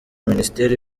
minisitiri